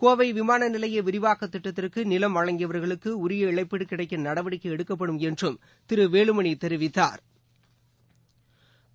கோவைவிமானநிலையவிரிவாக்கதிட்டத்திற்குநிலம் வழங்கியவர்களுக்குஉரிய இழப்பீடுகிடைக்கநடவடிக்கைஎடுக்கப்படும் என்றும் திருவேலுமணிதெரிவித்தாா்